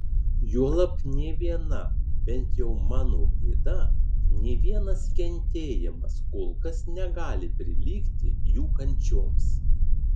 juolab nė viena bent jau mano bėda nė vienas kentėjimas kol kas negali prilygti jų kančioms